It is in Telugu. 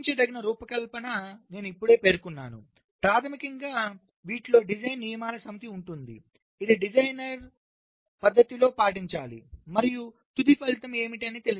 పరీక్షించదగిన రూపకల్పన నేను ఇప్పుడే పేర్కొన్నాను ప్రాథమికంగా వీటిలో డిజైన్ నియమాల సమితి ఉంటుంది ఇది డిజైనర్ మతపరమైన పద్ధతిలో పాటించాలి మరియు తుది ఫలితం ఏమిటి